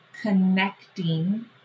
connecting